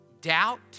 doubt